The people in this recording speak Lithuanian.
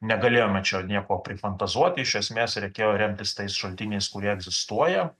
negalėjome čia nieko prifantazuoti iš esmės reikėjo remtis tais šaltiniais kurie egzistuoja